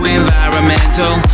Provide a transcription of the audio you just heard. environmental